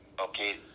Okay